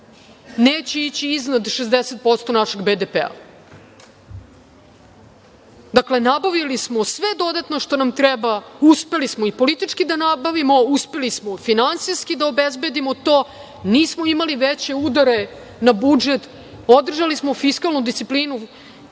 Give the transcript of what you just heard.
neće ići iznad 60% našeg BDP-a. Dakle, nabavili smo sve dodatno što nam treba, uspeli smo i politički da nabavimo, uspeli smo finansijski da obezbedimo to, nismo imali veće udare na budžet, održali smo fiskalnu disciplinu